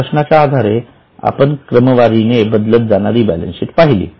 या प्रश्नाच्या आधारे आपण क्रमवारीने बदलतजाणारीबॅलन्सशीट पहिली